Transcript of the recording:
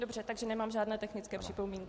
Dobře, takže nemám žádné technické připomínky.